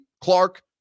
Clark